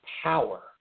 power